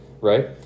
right